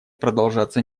продолжаться